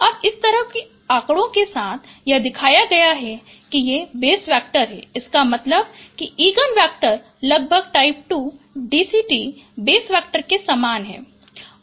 अब इस तरह के आंकड़ों के साथ यह दिखाया गया है कि ये बेस वैक्टर हैं इसका मतलब है कि इगन वेक्टर लगभग टाइप 2 DCT बेस वैक्टर के समान हैं